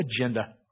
agenda